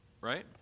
Right